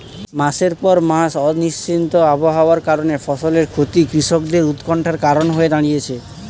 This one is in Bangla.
মাসের পর মাস অনিশ্চিত আবহাওয়ার কারণে ফসলের ক্ষতি কৃষকদের উৎকন্ঠার কারণ হয়ে দাঁড়িয়েছে